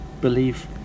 believe